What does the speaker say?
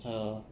err